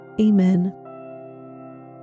Amen